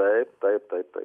taip taip taip taip